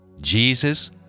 Jesus